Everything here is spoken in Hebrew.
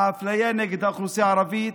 האפליה נגד האוכלוסייה הערבית,